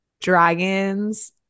dragons